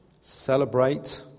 Celebrate